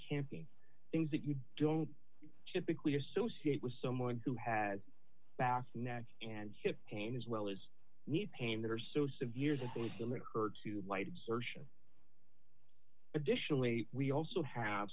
camping things that you don't typically associate with someone who had back and hip pain as well as need pain that are so severe that they believe her to light exertion additionally we also have